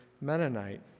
Mennonite